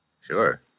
Sure